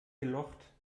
gelocht